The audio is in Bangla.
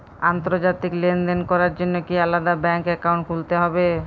আন্তর্জাতিক লেনদেন করার জন্য কি আলাদা ব্যাংক অ্যাকাউন্ট খুলতে হবে?